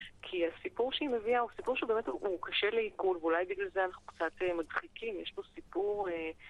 כי הסיפור שהיא מביאה הוא סיפור שבאמת הוא קשה לעיכול, ואולי בגלל זה אנחנו קצת מדחיקים, יש פה סיפור...